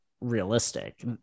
realistic